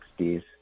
60s